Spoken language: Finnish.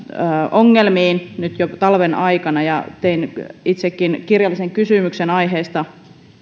ongelmiin nyt jo talven aikana ja tein itsekin kirjallisen kysymyksen aiheesta